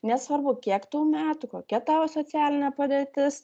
nesvarbu kiek tau metų kokia tau socialinė padėtis